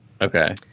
Okay